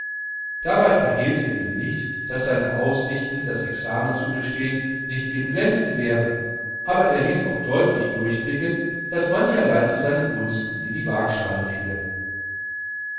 dabei verhehlte er ihm nicht daß seine aussichten das examen zu bestehen nicht eben glänzend wären aber er ließ auch deutlich durchblicken daß mancherlei zu seinen gunsten in die wagschale fiele